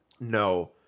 No